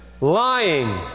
lying